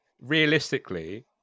realistically –